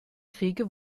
kriege